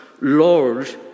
Lord